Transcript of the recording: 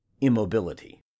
immobility